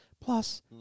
Plus